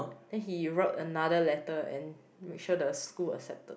then he wrote another letter and make sure the school accept